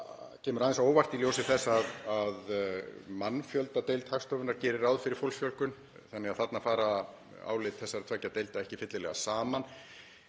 Það kemur aðeins á óvart í ljósi þess að mannfjöldadeild Hagstofunnar gerir ráð fyrir fólksfjölgun. Þarna fara því álit þessara tveggja deilda ekki fyllilega saman.